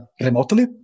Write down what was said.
remotely